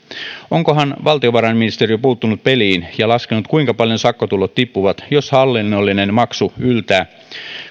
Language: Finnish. onkohan valtiovarainministeriö puuttunut peliin ja laskenut kuinka paljon sakkotulot tippuvat jos hallinnollinen maksu yltää